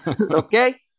Okay